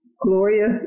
Gloria